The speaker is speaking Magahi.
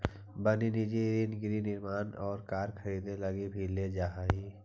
वनिजी ऋण गृह निर्माण और कार खरीदे लगी भी लेल जा हई